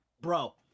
Bro